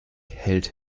hält